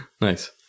Nice